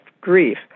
grief